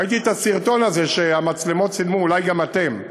ראיתי את הסרטון הזה שהמצלמות צילמו, אולי גם אתם,